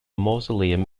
mausoleum